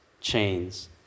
chains